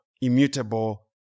immutable